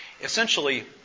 essentially